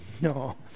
no